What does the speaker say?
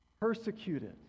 persecuted